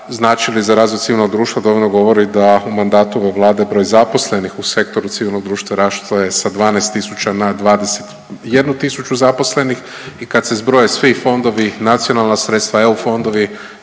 značili za razvoj civilnog društva dovoljno govori da u mandatu ove Vlade broj zaposlenih u Sektoru civilnog društva raslo je sa 12 tisuća na 21 tisuću zaposlenih i kad se zbroje svi fondovi, nacionalna sredstva, EU fondovi,